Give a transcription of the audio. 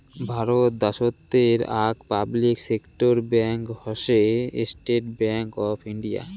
ভারত দ্যাশোতের আক public sector bank হসে স্টেট্ ব্যাঙ্ক অফ ইন্ডিয়া